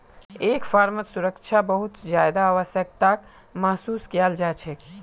एक फर्मत सुरक्षा बहुत ज्यादा आवश्यकताक महसूस कियाल जा छेक